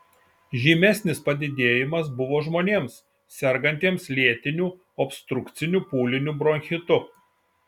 žymesnis padidėjimas buvo žmonėms sergantiems lėtiniu obstrukciniu pūliniu bronchitu